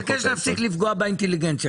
אני מבקש להפסיק לפגוע באינטליגנציה שלנו.